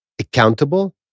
accountable